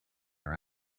our